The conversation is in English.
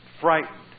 frightened